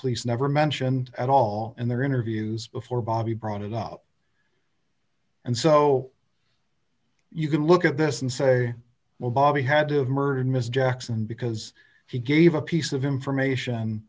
police never mentioned at all in their interviews before bobby brought it up and so you can look at this and say well bobby had to have murdered mr jackson because he gave a piece of information